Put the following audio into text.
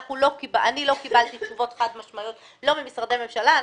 אני לא קיבלתי תשובות חד משמעיות לא ממשרדי הממשלה.